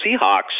Seahawks